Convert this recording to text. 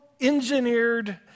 engineered